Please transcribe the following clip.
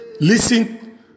listen